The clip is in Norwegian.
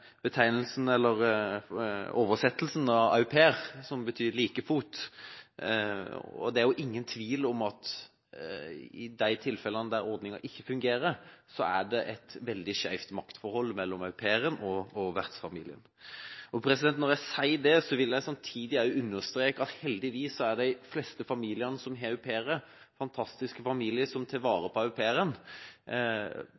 oversettelsen av au pair, som betyr «på like fot». Det er ingen tvil om at i de tilfellene ordningen ikke fungerer, er det et veldig skeivt maktforhold mellom au pairen og vertsfamilien. Når jeg sier dette, vil jeg samtidig understreke at heldigvis er de fleste familiene som har au pairer, fantastiske familier som tar vare